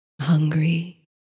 Hungry